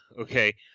Okay